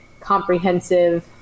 comprehensive